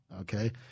Okay